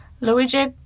Luigi